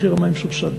מחיר המים סובסד.